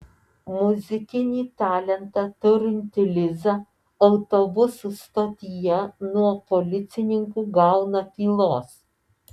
muzikinį talentą turinti liza autobusų stotyje nuo policininkų gauna pylos